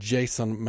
Jason